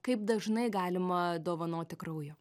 kaip dažnai galima dovanoti kraujo